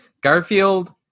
Garfield